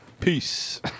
peace